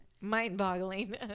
mind-boggling